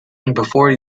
before